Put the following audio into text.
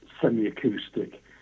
semi-acoustic